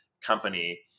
company